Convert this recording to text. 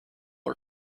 are